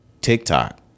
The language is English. TikTok